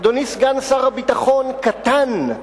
אדוני סגן שר הביטחון, קטן,